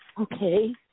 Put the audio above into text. Okay